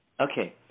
Okay